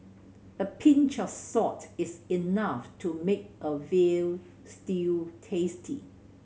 a pinch of salt is enough to make a veal stew tasty